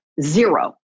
Zero